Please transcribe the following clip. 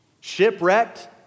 shipwrecked